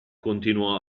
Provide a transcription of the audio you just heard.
continuò